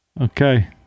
Okay